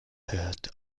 hört